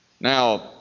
Now